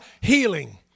healing